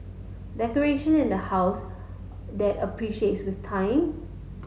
decoration in the house that appreciates with time